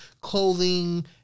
clothing